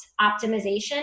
optimization